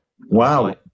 Wow